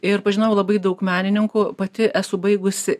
ir pažinojau labai daug menininkų pati esu baigusi